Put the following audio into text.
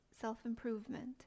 self-improvement